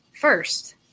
First